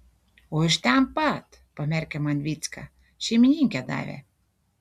o iš ten pat pamerkė man vycka šeimininkė davė